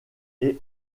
est